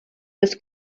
his